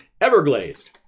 Everglazed